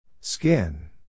Skin